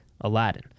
Aladdin